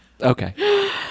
Okay